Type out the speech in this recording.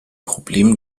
problem